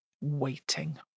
Waiting